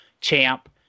champ